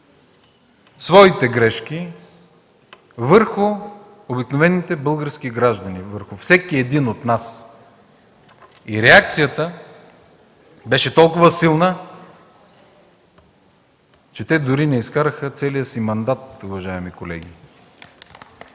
своите грешки върху обикновените български граждани, върху всеки един от нас. Реакцията беше толкова силна, че те дори не изкараха целия си мандат, уважаеми колеги.